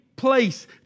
place